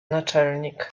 naczelnik